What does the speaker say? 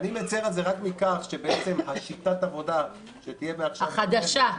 אני מצר על זה רק בכך שבעצם שיטת העבודה שתהיה מעכשיו בכנסת -- החדשה.